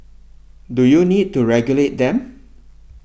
do you need to regulate them